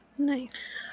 Nice